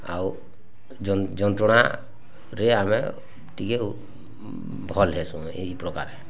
ଆଉ ଯନ୍ତ୍ରଣାରେ ଆମେ ଟିକେ ଭଲ୍ ହେସୁଁ ଏହି ପ୍ରକାରେ